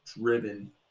driven